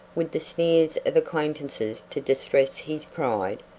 with the sneers of acquaintances to distress his pride,